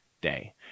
day